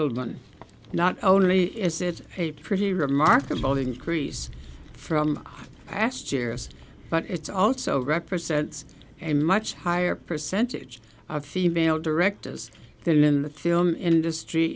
n not only is it a pretty remarkable increase from last years but it's also represents a much higher percentage of female directors than in the film industry